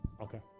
Okay